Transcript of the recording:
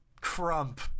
Crump